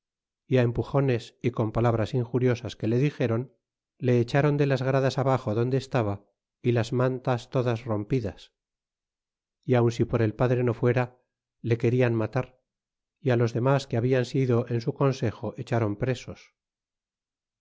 y a empujones y con palabras injuriosas que le dixeron le echaron de las gradas abaxo donde estaba y las mantas todas rompídas y aun si por el padre no fuera le querían matar y á los demas que habian sido en su consejo echaron presos